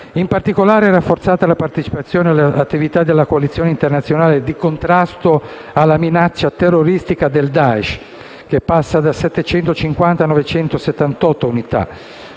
In particolare, è rafforzata la partecipazione alle attività della coalizione internazionale di contrasto alla minaccia terroristica del Daesh (da 750 a 978 unità),